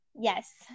Yes